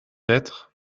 être